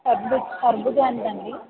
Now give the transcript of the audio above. కర్బూజ కర్బూజా ఎంతండి